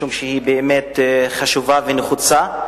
משום שהיא באמת חשובה ונחוצה.